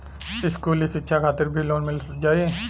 इस्कुली शिक्षा खातिर भी लोन मिल जाई?